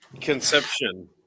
Conception